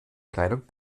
kleidung